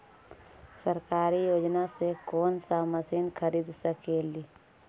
सरकारी योजना से कोन सा मशीन खरीद सकेली?